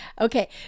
Okay